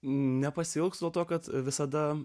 nepasiilgstu to kad visada